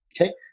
Okay